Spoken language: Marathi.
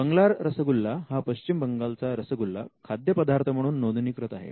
बंगलार रसगुल्ला हा पश्चिम बंगालचा रसगुल्ला खाद्यपदार्थ म्हणून नोंदणीकृत आहे